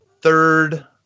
third